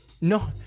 No